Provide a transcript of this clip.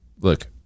look